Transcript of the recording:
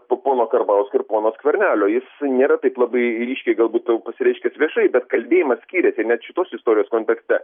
po pono karbauskio ir pono skvernelio jis nėra taip labai ryškiai galbūt pasireiškęs viešai bet kalbėjimas skyrėsi net šitos istorijos kontekste